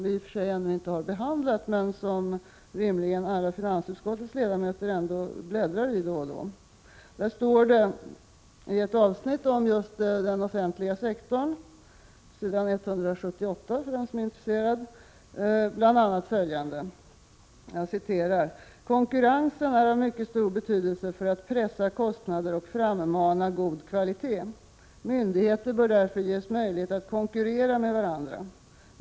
I och för sig har vi ännu inte behandlat den, men rimligen bläddrar ändå finansutskottets ledamöter i den då och då. Där står det i ett avsnitt om just den offentliga sektorn — på s. 178, för den som är intresserad — bl.a. följande: ”Konkurrensen är av mycket stor betydelse för att pressa kostnader och frammana god kvalitet. Myndigheter bör därför ges möjlighet att konkurrera med varandra.